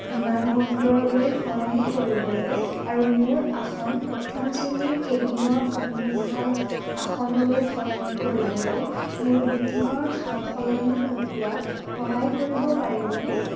বিমানবন্দৰলৈ সলনি কৰিবলৈ আৰু মোৰ আসন প্ৰথম শ্ৰেণীৰ কেবিনৰ সন্মুখভাগ আসনলৈ সলনি কৰিবলৈ মোৰ বুকিঙৰ সাল সলনি ঘটোৱাত সহায় কৰিব পাৰিবনে